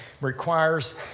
requires